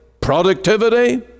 productivity